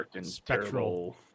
spectral